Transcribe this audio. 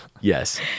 Yes